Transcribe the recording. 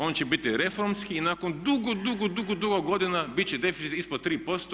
On će biti reformski i nakon dugo, dugo, dugo godina bit će deficit ispod 3%